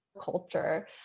culture